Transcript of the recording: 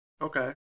Okay